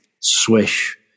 swish